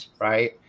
right